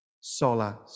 sola